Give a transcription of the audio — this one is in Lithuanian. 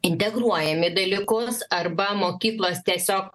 integruojami į dalykus arba mokyklos tiesiog